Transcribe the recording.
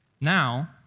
Now